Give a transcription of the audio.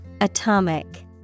Atomic